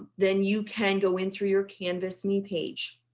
then you can go in through your canvas new page.